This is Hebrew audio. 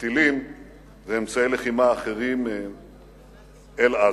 טילים ואמצעי לחימה אחרים אל עזה.